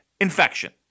infection